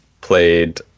played